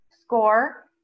SCORE